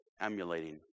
emulating